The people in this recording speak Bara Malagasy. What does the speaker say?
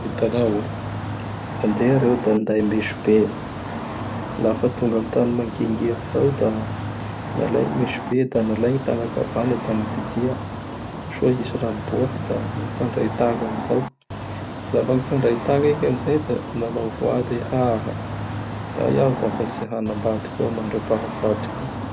Hitanao o! Nandeha reo da ninday meso be. Lafa tonga am tany mangigy am zao da nalay gny meso be da nalay gny tagna akavagna da nodidia soa hisy rà miboaky da nifandray tagna am izao. Lafa nifandray tagna igny am zay da nanao voady hoe La iaho dafa tsy hanambady koa mandram-pahafatiko.